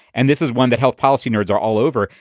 and this is one that health policy nerds are all over.